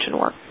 work